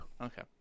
Okay